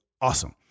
Awesome